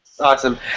awesome